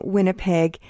Winnipeg